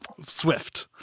swift